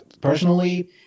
personally